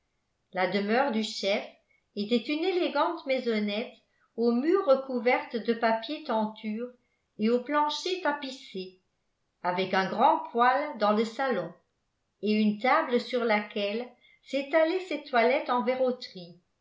la demeure du chef était une élégante maisonnette aux murs recouverte de papiers tenture et aux planchers tapissés avec un grand poêle dans le salon et une table sur laquelle s'étalait cette toilette en verroterie